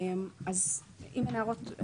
אם אין הערות,